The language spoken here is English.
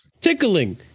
tickling